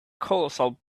colossal